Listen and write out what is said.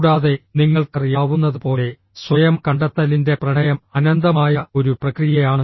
കൂടാതെ നിങ്ങൾക്കറിയാവുന്നതുപോലെ സ്വയം കണ്ടെത്തലിന്റെ പ്രണയം അനന്തമായ ഒരു പ്രക്രിയയാണ്